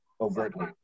overtly